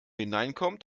hineinkommt